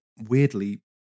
weirdly